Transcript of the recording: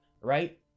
right